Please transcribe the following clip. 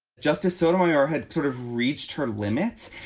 justice sotomayor had sort of reached her limits,